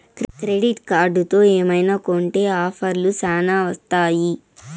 credit కార్డుతో ఏమైనా కొంటె ఆఫర్లు శ్యానా వత్తాయి